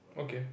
okay